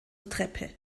treppe